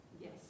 Yes